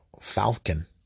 falcon